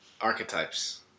archetypes